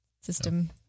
system